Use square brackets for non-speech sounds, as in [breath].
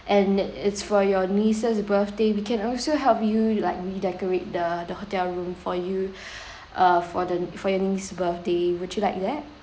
and it it's for your nieces birthday we can also help you like re decorate the the hotel room for you [breath] uh for the for your niece birthday would you like that